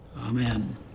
Amen